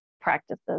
practices